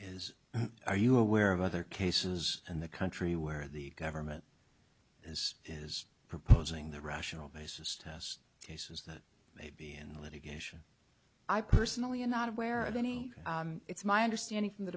is are you aware of other cases and the country where the government is is proposing the rational basis test cases that may be in litigation i personally i'm not aware of any it's my understanding from the